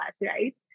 right